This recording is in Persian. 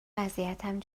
وضعیتم